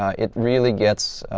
ah it really gets